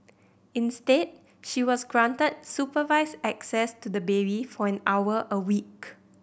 instead she was granted supervised access to the baby for an hour a week